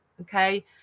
okay